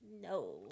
no